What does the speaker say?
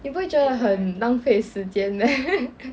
你不会觉得很浪费时间 meh